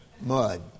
mud